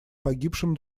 погибшим